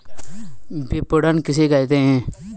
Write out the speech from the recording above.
विपणन किसे कहते हैं?